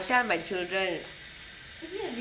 tell my children